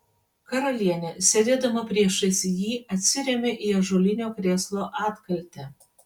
karalienė sėdėdama priešais jį atsirėmė į ąžuolinio krėslo atkaltę